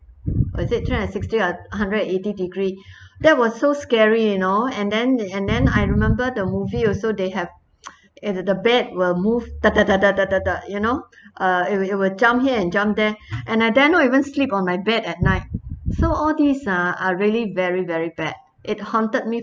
is it sixty or hundred and eighty degree that was so scary you know and then and then I remember the movie also they have and the bed will move you know uh it will it will jump here and jump there and I dare not even sleep on my bed at night so all these uh are really very very bad it haunted me